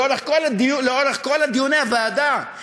לאורך כל דיוני הוועדה,